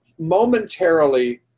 momentarily